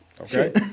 Okay